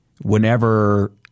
whenever